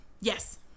yes